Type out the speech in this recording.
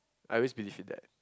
I always believe in that